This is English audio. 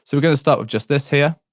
so gonna start with just this here,